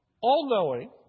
all-knowing